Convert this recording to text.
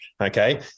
okay